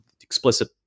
explicit